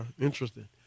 Interesting